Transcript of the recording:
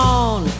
on